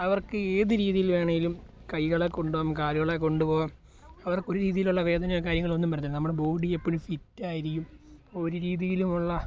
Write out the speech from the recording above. അവർക്ക് ഏത് രീതിയിൽ വേണേലും കൈകളെ കൊണ്ടു പോകാം കാലുകളെ കൊണ്ടു പോകാം അവർക്ക് ഒരു രീതിയിലുള്ള വേദനയോ കാര്യങ്ങളൊന്നും വരത്തില്ല നമ്മളെ ബോഡി എപ്പോഴും ഫിറ്റായിരിക്കും ഒരു രീതിയിലുമുള്ള